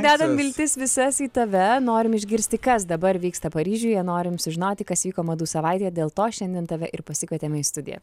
dedam viltis visas į tave norim išgirsti kas dabar vyksta paryžiuje norim sužinoti kas vyko madų savaitėje dėl to šiandien tave ir pasikvietėme į studiją